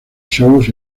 shows